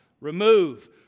remove